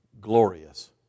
glorious